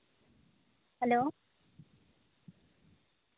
hello